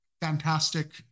fantastic